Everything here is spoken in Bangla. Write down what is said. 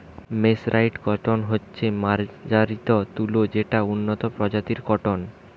মের্সরাইসড কটন হচ্ছে মার্জারিত তুলো যেটা উন্নত প্রজাতির কট্টন